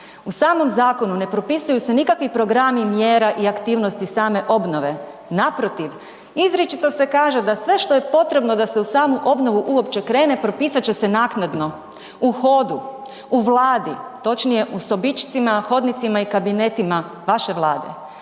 U samom zakonu ne propisuju se nikakvi programi mjera i aktivnosti same obnove, naprotiv izričito se kaže da sve što je potrebno da se u samu obnovu uopće krene propisat će se naknadno u hodu, u Vladi, točnije u sobičcima, hodnicima i kabinetima vaše Vlade.